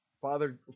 Father